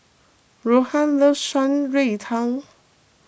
Rohan loves Shan Rui Tang